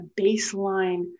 baseline